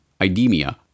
Idemia